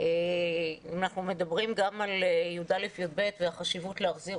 אם אנחנו מדברים גם על י"א-י"ב והחשיבות להחזיר